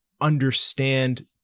understand